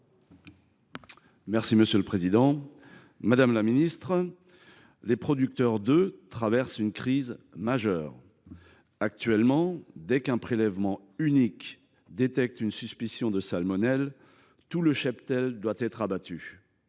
de la souveraineté alimentaire. Madame la ministre, les producteurs d’œufs traversent une crise majeure. Actuellement, dès qu’un prélèvement unique détecte une suspicion de salmonelle, tout le cheptel doit être abattu.